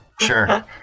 Sure